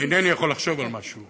אינני יכול לחשוב על משהו